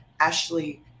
Ashley